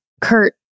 Kurt